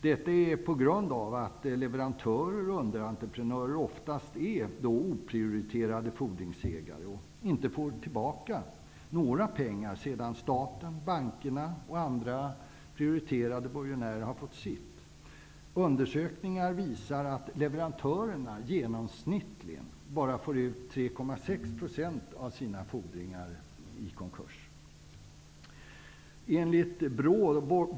Detta beror på att leverantörer och underentreprenörer oftast är oprioriterade fordringsägare, som inte får tillbaka några pengar sedan staten, bankerna och andra prioriterade borgenärer har fått sitt. Undersökningar visar att leverantörerna i genomsnitt bara får ut 3,6 % av sina fordringar vid konkurser.